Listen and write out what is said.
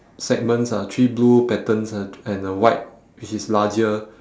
segments ah three blue patterns and and a white which is larger